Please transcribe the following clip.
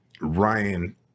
Ryan